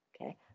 okay